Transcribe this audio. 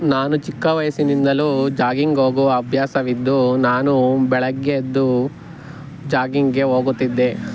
ನಾನು ಚಿಕ್ಕ ವಯಸ್ಸಿನಿಂದಲೂ ಜಾಗಿಂಗ್ ಹೋಗುವ ಅಭ್ಯಾಸವಿದ್ದು ನಾನು ಬೆಳಗ್ಗೆ ಎದ್ದು ಜಾಗಿಂಗ್ಗೆ ಹೋಗುತ್ತಿದ್ದೆ